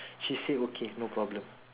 she say okay no problem